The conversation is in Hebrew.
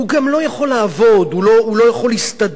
הוא גם לא יכול לעבוד, הוא לא יכול להסתדר.